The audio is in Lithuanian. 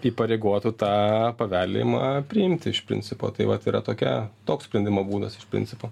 įpareigotų tą paveldėjimą priimti iš principo tai vat yra tokia toks sprendimo būdas iš principo